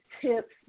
tips